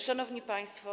Szanowni Państwo!